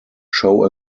show